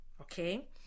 okay